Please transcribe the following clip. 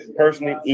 personally